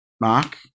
Mark